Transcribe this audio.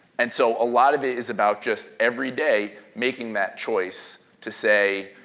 and so a lot of it is about just every day making that choice to say